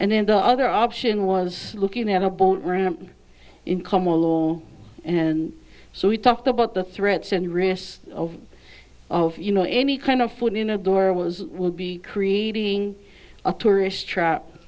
and then the other option was looking at a boat ramp income alone and so we talked about the threats and risk of you know any kind of food in a doorway will be creating a tourist trap